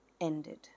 ended